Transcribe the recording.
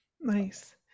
Nice